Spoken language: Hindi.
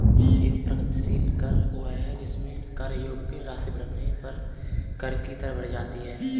एक प्रगतिशील कर वह है जिसमें कर योग्य राशि बढ़ने पर कर की दर बढ़ जाती है